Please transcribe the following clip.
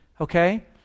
okay